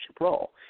role